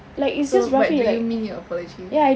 so but do you mean your apology